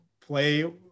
play